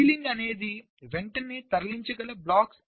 ceiling అనేది వెంటనే తరలించగల బ్లాక్స్